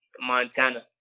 Montana